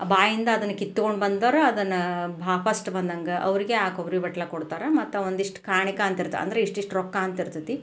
ಬಾಯಿಂದ ಅದನ್ನು ಕಿತ್ಕೊಂಡು ಬಂದೊರು ಅದನ್ನು ಭಾ ಪಸ್ಟ್ ಬಂದಂಗೆ ಅವರಿಗೆ ಆ ಕೊಬ್ಬರಿ ಬಟ್ಲು ಕೊಡ್ತಾರೆ ಮತ್ತ ಒಂದಿಷ್ಟು ಕಾಣಿಕೆ ಅಂತಿರ್ತೆ ಅಂದ್ರೆ ಇಷ್ಟಿಷ್ಟು ರೊಕ್ಕ ಅಂತಿರ್ತತೆ